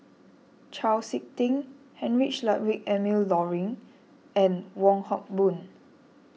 Chau Sik Ting Heinrich Ludwig Emil Luering and Wong Hock Boon